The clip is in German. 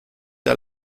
der